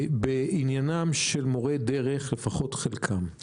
בעניינם של מורי הדרך, לפחות חלקם.